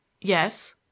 Yes